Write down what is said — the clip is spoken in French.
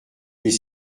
est